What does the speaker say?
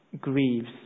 grieves